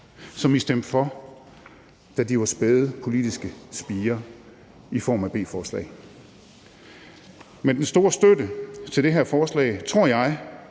som I stemte for, da de var spæde politiske spirer i form af beslutningsforslag. Med den store støtte til det her forslag tror jeg